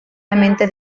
ligeramente